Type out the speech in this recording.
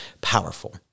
powerful